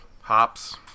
Hops